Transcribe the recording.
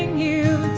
you